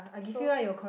so